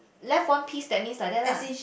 left one piece that's mean like that lah